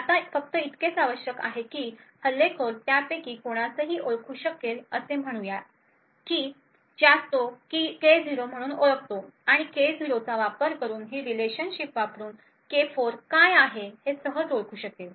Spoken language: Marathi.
आता फक्त इतकेच आवश्यक आहे की हल्लेखोर त्यापैकी कोणासही ओळखू शकेल असे म्हणूया की ज्यास तो K0 म्हणून ओळखतो आणि K0 चा वापर करून तो ही रिलेशनशिप वापरून K4 काय आहे हे सहज ओळखू शकेल